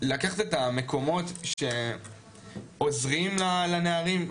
לקחת את המקומות שעוזרים לנערים,